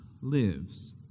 lives